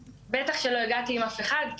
בטח לא הגעתי למצ"ח עם אף אחד,